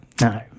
no